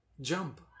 jump